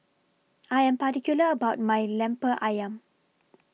I Am particular about My Lemper Ayam